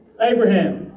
Abraham